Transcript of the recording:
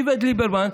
איווט ליברמן,